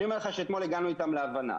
אני אומר לך שאתמול הגענו איתם להבנה.